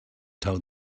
told